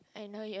I know you